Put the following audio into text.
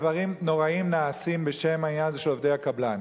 דברים נוראים נעשים בשם העניין הזה של עובדי הקבלן.